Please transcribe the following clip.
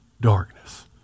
darkness